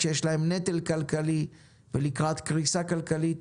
כשיש להם נטל כלכלי ולקראת קריסה כלכלית,